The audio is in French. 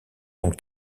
donc